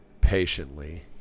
patiently